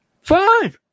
Fine